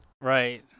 right